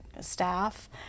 staff